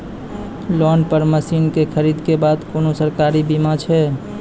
Loan पर मसीनऽक खरीद के बाद कुनू सरकारी बीमा छै?